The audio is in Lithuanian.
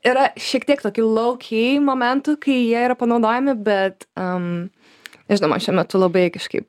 yra šiek tiek tokių laukėj momentų kai jie yra panaudojami bet a nežinau man šiuo metu labai kažkaip